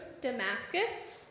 Damascus